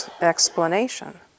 explanation